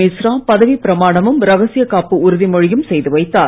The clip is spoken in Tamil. மிஸ்ரா பதவி பிரமாணமும் ரகசிய காப்பு உறுதிமொழியும் செய்து வைத்தார்